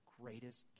greatest